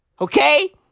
Okay